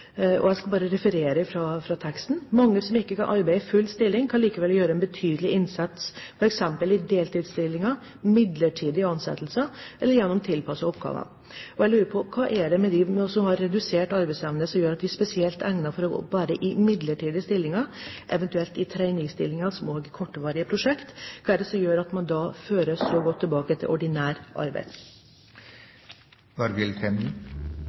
og jeg skal bare referere fra teksten: «Mange som ikke kan arbeide i full stilling, kan likevel gjøre en betydelig innsats for eksempel i deltidsstillinger, midlertidige ansettelser, gjennom tilpassede arbeidsoppgaver osv.» Jeg lurer på: Hva er det med dem som har redusert arbeidsevne, som gjør at de er spesielt egnet til å være i midlertidige stillinger, eventuelt i traineestillinger som gjelder kortvarige prosjekter? Hva er det som gjør at man da kan føres tilbake til